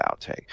outtake